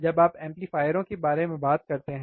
जब आप एम्पलीफायरों के बारे में बात करते हैं